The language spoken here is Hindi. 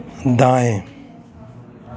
दाएँ